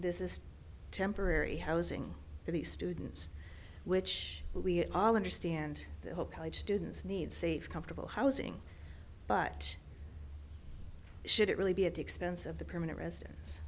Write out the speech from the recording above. this is temporary housing for these students which we all understand the hope college students need safe comfortable housing but should it really be at the expense of the permanent residents